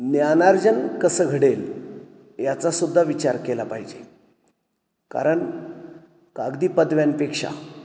ज्ञानार्जन कसं घडेल याचा सुद्धा विचार केला पाहिजे कारण कागदी पदव्यांपेक्षा